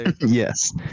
yes